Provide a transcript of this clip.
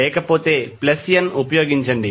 లేకపోతే n ఉపయోగించండి